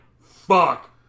Fuck